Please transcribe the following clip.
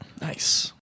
Nice